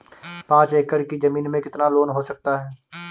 पाँच एकड़ की ज़मीन में कितना लोन हो सकता है?